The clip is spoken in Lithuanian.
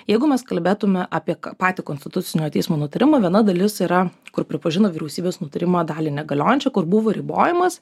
jeigu mes kalbėtume apie k patį konstitucinio teismo nutarimą viena dalis yra kur pripažino vyriausybės nutarimo dalį negaliojančia kur buvo ribojimas